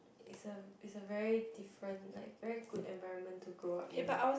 is a is a very different like very good environment to grow up in